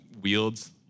wields